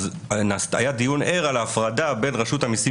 היה דיון ער על ההפרדה בין רשות המסים,